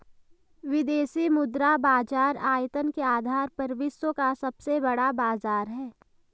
विदेशी मुद्रा बाजार आयतन के आधार पर विश्व का सबसे बड़ा बाज़ार है